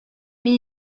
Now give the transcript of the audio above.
мин